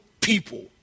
people